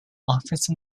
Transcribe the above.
office